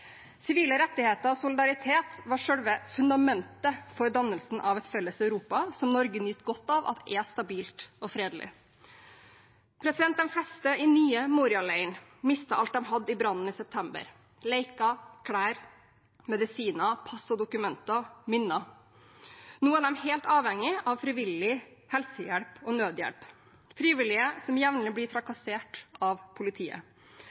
Sivile rettigheter og solidaritet var selve fundamentet for dannelsen av et felles Europa, som Norge nyter godt av at er stabilt og fredelig. De fleste i den nye Moria-leiren mistet alt de hadde i brannen i september: leker, klær, medisiner, pass og dokumenter og minner. Nå er de helt avhengig av frivillig helsehjelp og nødhjelp – frivillige som jevnlig blir trakassert av politiet.